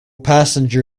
passenger